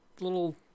little